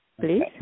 please